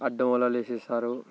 అడ్డం వలలు వేసేస్తారు